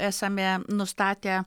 esame nustatę